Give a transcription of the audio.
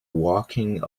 walking